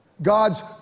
God's